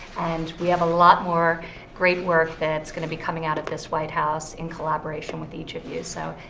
and we have a lot more great work that's going to be coming out of this white house in collaboration with each of you. so,